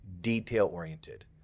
detail-oriented